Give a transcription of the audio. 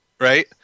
Right